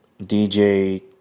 DJ